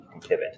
pivot